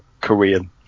Korean